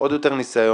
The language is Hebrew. עוד יותר ניסיון